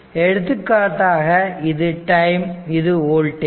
எடுத்துக்காட்டு க்காக இது டைம் இது வோல்டேஜ்